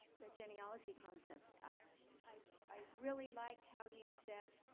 the genealogy concept. i i really liked how you said,